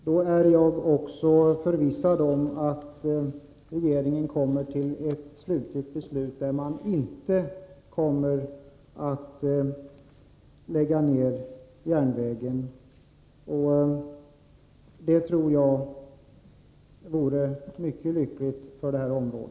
Om så sker är jag förvissad om att regeringen kommer till ett slutligt beslut som innebär att man inte kommer att lägga ned järnvägen, och det tror jag vore mycket lyckligt för detta område.